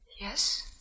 Yes